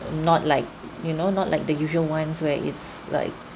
not like you know not like the usual ones where it's like